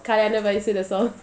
சரியானவயசில:sariyana vayasula so